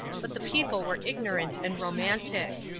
but the people were ignorant and romantic.